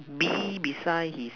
bee beside his